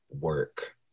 work